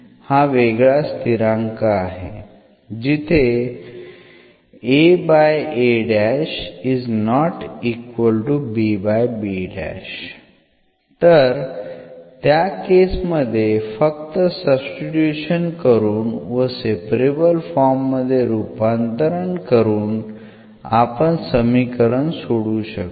हा वेगळा स्थिरांक आहे जिथे तर त्या केस मध्ये फक्त सब्स्टिट्यूशन्स करून व सेपरेबल फॉर्म मध्ये रूपांतरण करून आपण समीकरण सोडवू शकलो